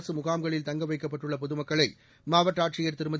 அரசு முகாம்களில் தங்க வைக்கப்பட்டுள்ள பொதுமக்களை மாவட்ட ஆட்சியர் திருமதி